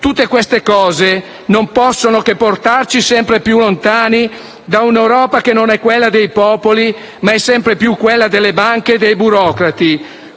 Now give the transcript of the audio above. Tutte queste cose non possono che portarci sempre più lontani da un'Europa che non è quella dei popoli, ma sempre più quella delle banche e dei burocrati.